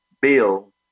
bill